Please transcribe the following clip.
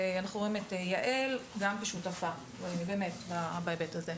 ואנחנו ו גם כן שותפה בהיבט הזה.